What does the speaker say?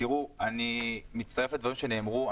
אני מצטרף לדברים שנאמרו.